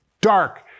dark